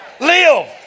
Live